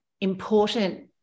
important